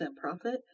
profit